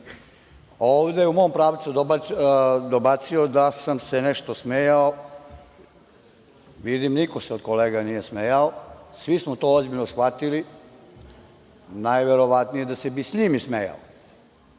u mom pravcu dobacuju da sam se nešto smejao. Vidim, niko se od kolega nije smejao, svi smo to ozbiljno shvatili, najverovatnije da se Bisljimi ismejao. Ja